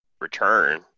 return